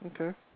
Okay